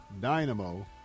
Dynamo